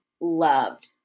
loved